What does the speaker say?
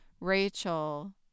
Rachel